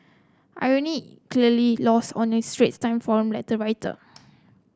irony clearly lost on a Straits Times forum letter writer